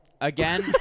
Again